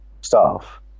staff